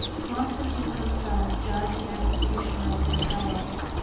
constitute themselves judge and executioner of their fellows,